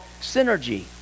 synergy